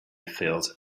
filled